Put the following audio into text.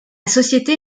société